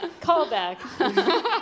Callback